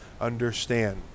understand